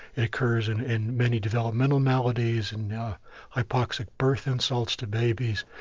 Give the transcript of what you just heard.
it occurs and in many developmental maladies and hypoxic birth insults to babies,